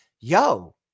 yo